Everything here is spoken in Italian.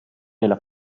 nella